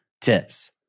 tips